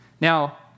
Now